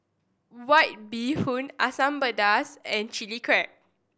White Bee Hoon Asam Pedas and Chilli Crab